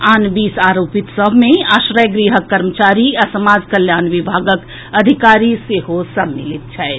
आन बीस आरोपित सभ मे आश्रय गृहक कर्मचारी आ समाज कल्याण विभागक अधिकारी सेहो सम्मिलित छथि